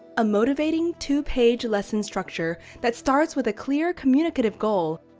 a motivating two-page lesson structure that starts with a clear communicative goal.